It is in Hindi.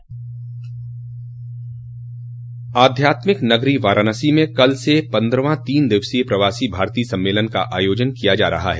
आध्यात्मिक नगरी वाराणसी में कल से पन्द्रहवां तीन दिवसीय प्रवासी भारतीय सम्मेलन का आयोजन किया जा रहा है